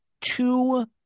two